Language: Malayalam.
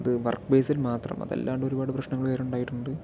അത് വർക്ക് ബെയ്സിൽ മാത്രം അതല്ലാണ്ട് ഒരുപാട് പ്രശ്നങ്ങൾ വേറെ ഉണ്ടായിട്ടുണ്ട്